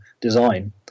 design